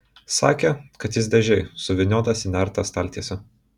sakė kad jis dėžėj suvyniotas į nertą staltiesę